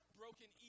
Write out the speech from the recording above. broken